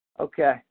Okay